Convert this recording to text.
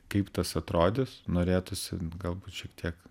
kaip tas atrodys norėtųsi galbūt šiek tiek